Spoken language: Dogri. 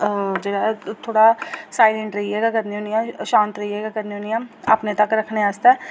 जेह्ड़ा थोह्ड़ा साइलेंट रेहियै गै करनी होनी आं शांत रेहियै गै करनी होनी आं अपने तक रखने आस्तै